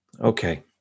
Okay